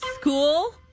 school